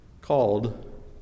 called